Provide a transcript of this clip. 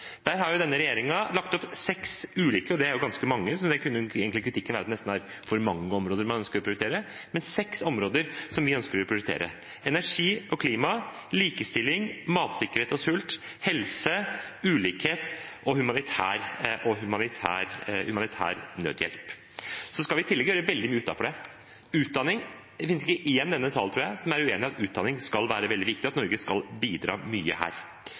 Der har denne regjeringen lagt opp til seks ulike områder – og det er jo ganske mange, så der kunne kritikken være at det nesten er for mange områder man ønsker å prioritere – som vi ønsker å prioritere. Det er energi og klima, likestilling, matsikkerhet og sult, helse, ulikhet og humanitær nødhjelp. Så skal vi i tillegg gjøre veldig mye utover det. Ta utdanning: Det finnes ikke én i denne salen, tror jeg, som er uenig i at utdanning skal være veldig viktig, og at Norge skal bidra mye her.